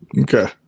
Okay